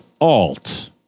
Alt